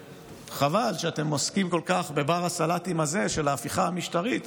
חבל שאתם עוסקים כל כך בבר הסלטים הזה של ההפיכה המשטרית